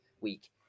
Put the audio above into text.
week